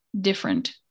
different